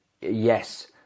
yes